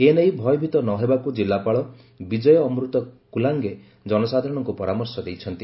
ଏ ନେଇ ଭୟଭୀତ ନହେବାକୁ ଜିଲ୍ଲାପାଳ ବିଜୟ ଅମୃତ କଲାଙେ ଜନସାଧାରଣଙ୍କୁ ପରାମର୍ଶ ଦେଇଛନ୍ତି